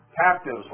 Captives